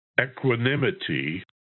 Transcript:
equanimity